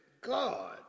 God